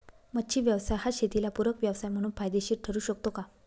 मच्छी व्यवसाय हा शेताला पूरक व्यवसाय म्हणून फायदेशीर ठरु शकतो का?